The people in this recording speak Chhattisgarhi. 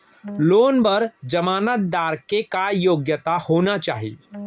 लोन बर जमानतदार के का योग्यता होना चाही?